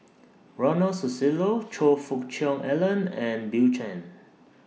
Ronald Susilo Choe Fook Cheong Alan and Bill Chen